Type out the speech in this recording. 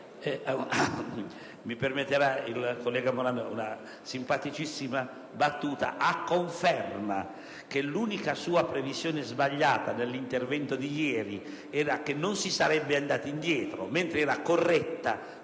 mi permetterà il senatore Morando una simpaticissima battuta. A conferma che l'unica sua previsione sbagliata nell'intervento di ieri era che non si sarebbe andati indietro, mentre era corretta